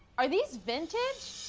are these vintage?